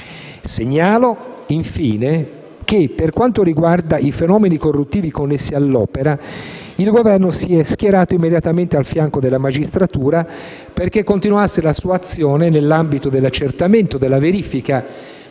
Segnalo, infine, che, per quanto riguarda i fenomeni corruttivi connessi all'opera, il Governo si è schierato immediatamente a fianco della magistratura affinché continuasse la sua azione nell'ambito dell'accertamento, della verifica,